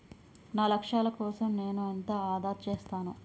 నా లక్ష్యాల కోసం నేను ఎంత ఆదా చేస్తాను?